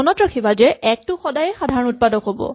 মনত ৰাখিবা যে ১ টো সদায়েই সাধাৰণ উৎপাদক হ'ব